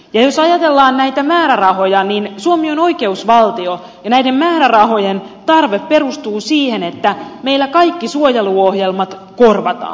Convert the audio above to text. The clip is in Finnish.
jos ajatellaan näitä määrärahoja niin suomi on oikeusvaltio ja näiden määrärahojen tarve perustuu siihen että meillä kaikki suojeluohjelmat korvataan